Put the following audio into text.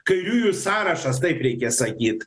kairiųjų sąrašas taip reikia sakyt